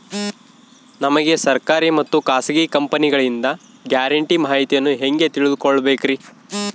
ನಮಗೆ ಸರ್ಕಾರಿ ಮತ್ತು ಖಾಸಗಿ ಕಂಪನಿಗಳಿಂದ ಗ್ಯಾರಂಟಿ ಮಾಹಿತಿಯನ್ನು ಹೆಂಗೆ ತಿಳಿದುಕೊಳ್ಳಬೇಕ್ರಿ?